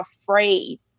afraid